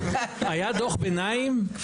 היה דוח ביניים?